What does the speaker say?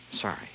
Sorry